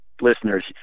listeners